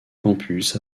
campus